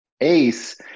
Ace